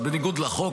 בניגוד לחוק,